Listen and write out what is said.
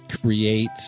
create